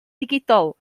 digidol